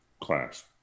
class